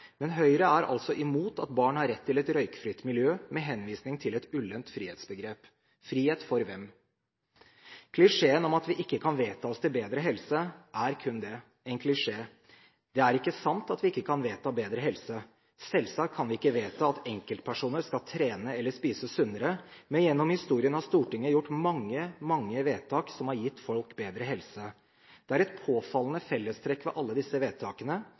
men Høyre er altså imot at barn har rett til et røykfritt miljø med henvisning til et ullent frihetsbegrep. Frihet for hvem? Klisjeen om at vi ikke kan vedta oss til bedre helse er kun det – en klisjé. Det er ikke sant at vi ikke kan vedta bedre helse. Selvsagt kan vi ikke vedta at enkeltpersoner skal trene eller spise sunnere, men gjennom historien har Stortinget gjort mange, mange vedtak som har gitt folk bedre helse. Det er et påfallende fellestrekk ved alle disse vedtakene: